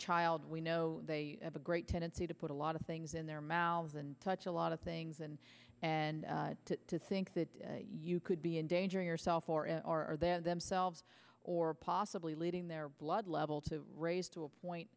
child we know they have a great tendency to put a lot of things in their mouths and touch a lot of things and and to think that you could be endangering yourself or and or themselves or possibly leading their blood level to raise to a point